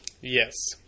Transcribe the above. Yes